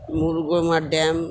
Murguma dam